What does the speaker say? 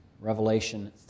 Revelation